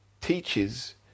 teaches